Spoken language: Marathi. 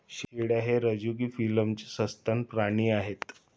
शेळ्या हे रझुकी फिलमचे सस्तन प्राणी आहेत